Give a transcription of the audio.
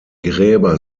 gräber